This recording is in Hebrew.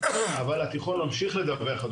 אבל התיכון ממשיך לדווח,